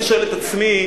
אני שואל את עצמי,